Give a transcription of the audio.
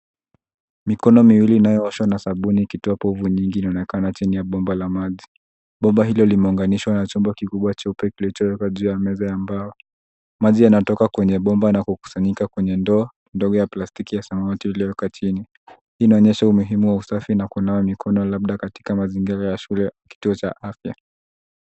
Mikono miwili inayooshwa na sabuni ikitoa povu nyingi inaonekana chini ya bomba la maji. Bomba hilo limeunganishwa na chombo kikubwa cheupe kilichowekwa juu ya meza ya mbao. Maji yanatoka kwenye bomba na kukusanyika kwenye ndoo ndogo ya plastiki ya samawati iliyowekwa chini. Hii inaonyesha umuhimu wa usafi na kunawa mikono labda katika mazingira ya shule au kituo cha afya.